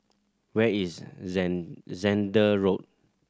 where is Zehnder Road